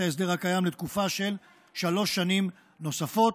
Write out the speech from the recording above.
ההסדר הקיים לתקופה של שלוש שנים נוספות.